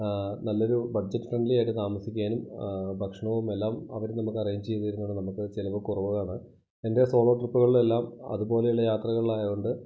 നല്ലൊരു budget friendly ആയിട്ട് താമസിക്കാനും ഭക്ഷണവും എല്ലാം അവര് നമുക്ക് അറേഞ്ച് ചെയ്ത് തരുന്നതാണ് നമുക്ക് ചിലവ് കുറവാണ് എൻ്റെ സോളോ ട്രിപ്പുകളെലെല്ലാം അതുപോലെയുള്ള യാത്രകളായത് കൊണ്ട്